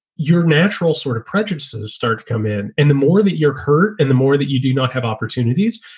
your natural sort of prejudices start to come in. and the more that you're hurt and the more that you do not have opportunities,